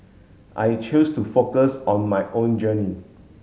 I choose to focus on my own journey